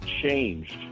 changed